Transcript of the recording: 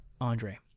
Andre